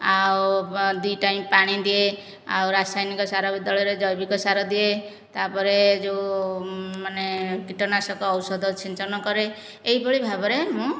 ଆଉ ଦୁଇ ଟାଇମ୍ ପାଣି ଦିଏ ଆଉ ରାସାୟନିକ ସାର ବଦଳରେ ଜୈବିକ ସାର ଦିଏ ତା'ପରେ ଯେଉଁମାନେ କୀଟନାଶକ ଔଷଧ ଛିଞ୍ଚନ କରେ ଏହିଭଳି ଭାବରେ ମୁଁ